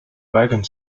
weigern